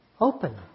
open